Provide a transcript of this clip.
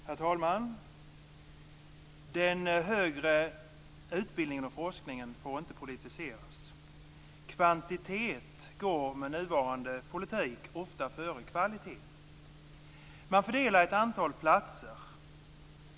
Herr talman! Den högre utbildningen och forskningen får inte politiseras. Kvantitet går, med nuvarande politik, ofta före kvalitet. Man fördelar ett antal platser.